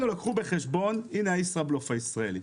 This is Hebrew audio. הנה הישראבלוף הישראלי.